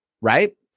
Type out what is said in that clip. right